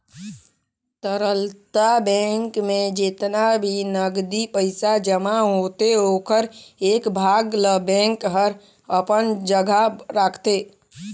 तरलता बेंक में जेतना भी नगदी पइसा जमा होथे ओखर एक भाग ल बेंक हर अपन जघा राखतें